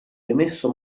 emesso